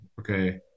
okay